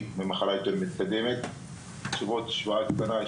למדד האיכות לרפואת הקהילה בישראל שמבוססת על נתוני ארבע קופות החולים